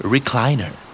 Recliner